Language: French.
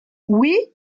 oui